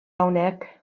hawnhekk